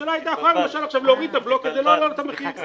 הממשלה הייתה יכולה למשל עכשיו להוריד את הבלו כדי לא להעלות את המחיר.